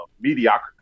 mediocrity